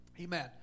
Amen